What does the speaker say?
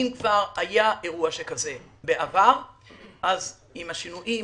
אם כבר היה אירוע שכזה בעבר אז עם השינויים